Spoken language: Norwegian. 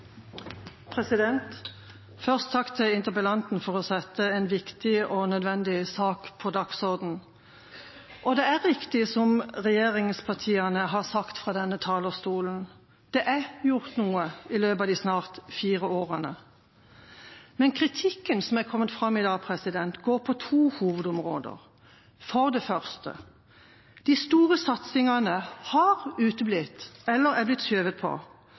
Først takk til interpellanten for å sette en viktig og nødvendig sak på dagsordenen. Det er riktig, som regjeringspartiene har sagt fra denne talerstolen, at det er gjort noe i løpet av de snart fire årene. Men kritikken som har kommet fram i dag, går på to hovedområder: For det første: De store satsingene har uteblitt eller er blitt skjøvet på,